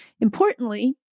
Importantly